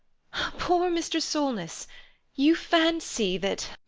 poor mr. solness you fancy that